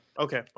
okay